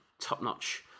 top-notch